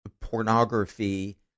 pornography